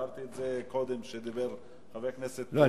הערתי את זה קודם כשדיבר חבר הכנסת אופיר אקוניס --- לא,